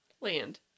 Land